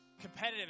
competitive